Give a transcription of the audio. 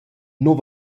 nus